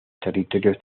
territorios